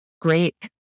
Great